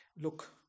look